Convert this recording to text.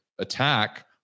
attack